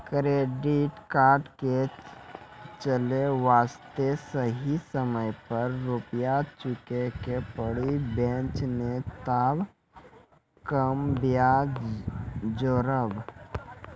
Credit card के चले वास्ते सही समय पर रुपिया चुके के पड़ी बेंच ने ताब कम ब्याज जोरब?